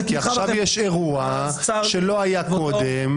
כי עכשיו יש אירוע שלא היה קודם,